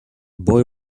boy